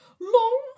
Long